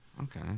Okay